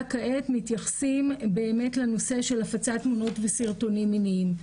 כעת מתייחסים לנושא של הפצת תמונות וסרטונים מיניים.